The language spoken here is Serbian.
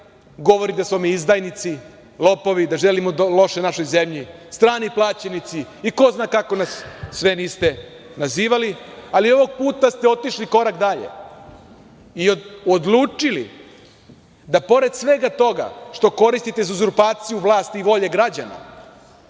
govori da smo mi izdajnici, lopovi, da želimo loše našoj zemlji, strani plaćenici i ko zna kako nas sve niste nazivali. Ali, ovog puta ste otišli korak dalje i odlučili da pored svega toga što koristite uzurpaciju vlasti i volje građana,